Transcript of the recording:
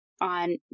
on